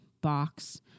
box